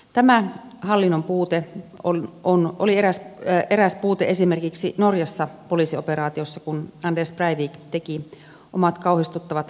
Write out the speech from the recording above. tämä hallinnon puute oli eräs puute esimerkiksi norjassa poliisioperaatiossa kun anders breivik teki omat kauhistuttavat ampumatekonsa